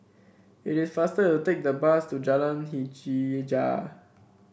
it is faster to take the bus to Jalan Hajijah